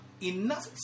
enough